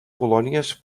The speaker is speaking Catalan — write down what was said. colònies